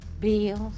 bills